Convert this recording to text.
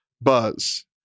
buzz